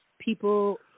people